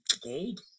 Gold